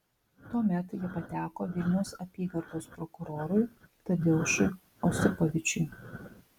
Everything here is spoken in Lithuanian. tuomet ji pateko vilniaus apygardos prokurorui tadeušui osipovičiui